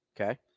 Okay